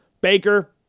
Baker